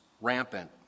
rampant